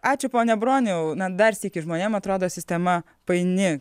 ačiū pone broniau na dar sykį žmonėm atrodo sistema paini